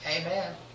Amen